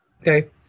Okay